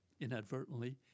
inadvertently